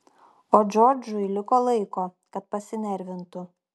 o džordžui liko laiko kad pasinervintų